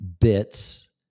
bits